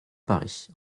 paris